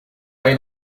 vane